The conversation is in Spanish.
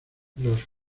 los